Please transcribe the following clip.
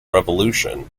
revolution